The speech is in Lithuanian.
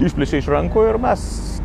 išplėšė iš rankų ir mes